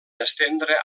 estendre